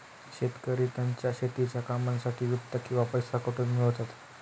शेतकरी त्यांच्या शेतीच्या कामांसाठी वित्त किंवा पैसा कुठून मिळवतात?